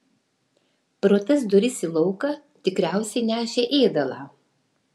pro tas duris į lauką tikriausiai nešė ėdalą